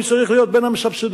אני צריך להיות בין המסבסדים.